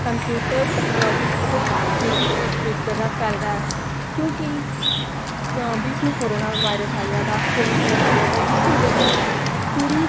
computer technology बहुत तेजी से इस्प्रेड कर रहा फैल रहा है क्योंकि बीच में कोरोना वायरस आ गया था कोविड टाइम आ गया था जिसकी वजह से पूरी